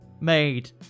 made